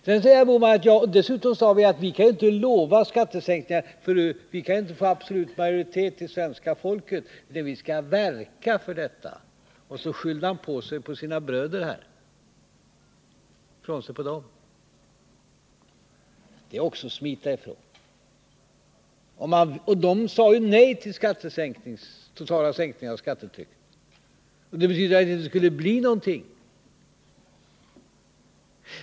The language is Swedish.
Dessutom sade Gösta Bohman: Vi kan inte lova skattesänkningar, för vi kan inte få absolut majoritet i svenska folket, men vi skall verka för detta. Och så skyllde han ifrån sig på sina koalitionsbröder här. Det är också att smita undan. De sade ju nej till sänkning av det totala skattetrycket, och det betydde att det inte skulle bli någonting.